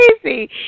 crazy